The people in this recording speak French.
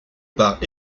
part